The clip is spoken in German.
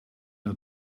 der